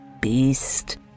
beast